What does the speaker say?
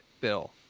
Bill